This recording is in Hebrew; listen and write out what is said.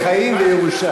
יש צדק, חיים וירושה.